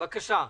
בבקשה.